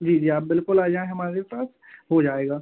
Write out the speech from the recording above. जी जी आप बिलकुल आ जाएँ हमारे पास हो जाएगा